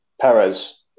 Perez